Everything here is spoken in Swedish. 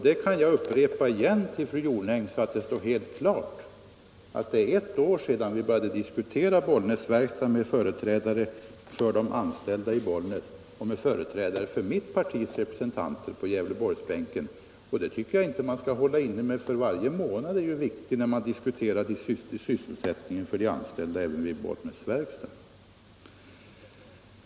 Jag kan upprepa för fru Jonäng, så att det står helt klart, att det är ett år sedan vi började diskutera Bollnäsverkstaden med företrädare för de anställda i Bollnäs och med företrädare för mitt parti på Gävleborgsbänken. Och den upplysningen tycker jag inte att man skall hålla inne med, för varje månad är viktig när det gäller att diskutera sysselsättningen för de anställda även i Bollnäsverkstaden.